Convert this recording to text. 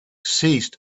ceased